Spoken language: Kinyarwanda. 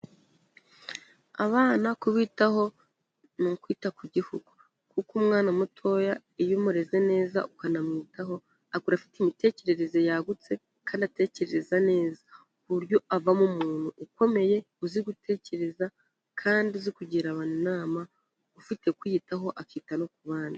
Abana kubitaho ni ukwita ku gihugu kuko umwana mutoya iyo umureze neza, ukanamwitaho, akura afite imitekerereze yagutse kandi atekereza neza ku buryo avamo umuntu ukomeye uzi gutekereza kandi uzi kugira abantu inama, ufite kwiyitaho, akita no ku bandi.